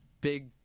big